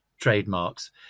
trademarks